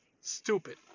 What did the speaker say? Stupid